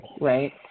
right